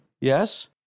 Yes